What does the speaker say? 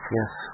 Yes